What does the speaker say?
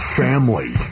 family